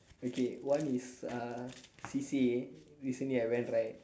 okay one is uh C_C_A recently I went right